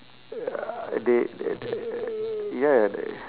ya they they they ya the